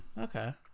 Okay